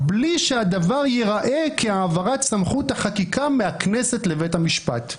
בלי שהדבר ייראה כהעברת סמכות החקיקה מהכנסת לבית המשפט.